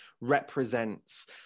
represents